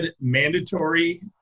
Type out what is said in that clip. mandatory